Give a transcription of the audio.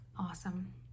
Awesome